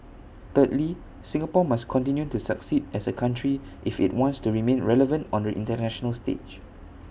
thirdly Singapore must continue to succeed as A country if IT wants to remain relevant on the International stage